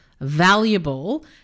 valuable